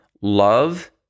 love